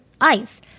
ice